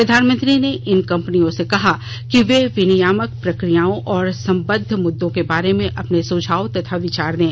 प्रधानमंत्री ने इन कंपनियों से कहा कि वे विनियामक प्रक्रियाओं और संबंद्व मुद्दों के बारे में अपने सुझाव तथा विचार दें